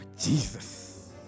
jesus